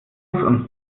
und